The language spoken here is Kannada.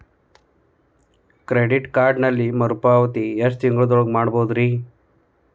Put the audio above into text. ಕ್ರೆಡಿಟ್ ಕಾರ್ಡಿನಲ್ಲಿ ಮರುಪಾವತಿ ಎಷ್ಟು ತಿಂಗಳ ಒಳಗ ಮಾಡಬಹುದ್ರಿ?